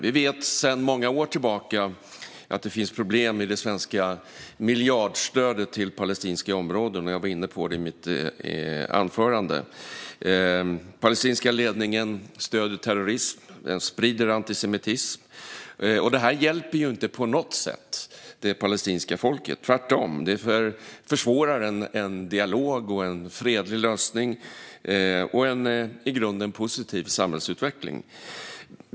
Vi vet att det sedan många år tillbaka finns problem i det svenska miljardstödet till palestinska områden. Jag var inne på det i mitt anförande. Den palestinska ledningen stöder terrorism och sprider antisemitism. Detta hjälper ju inte på något sätt det palestinska folket. Tvärtom försvårar det dialog, en fredlig lösning och en i grunden positiv samhällsutveckling.